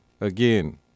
Again